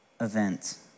event